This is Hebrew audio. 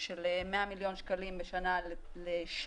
של 100 מיליון שקלים בשנה לשירות,